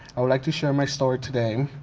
i would like to share my story today.